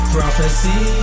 Prophecy